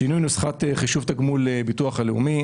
שינוי נוסחת חישוב תגמול הביטוח הלאומי.